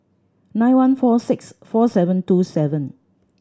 nine one four six four seven two seven